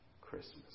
Christmas